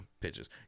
pitches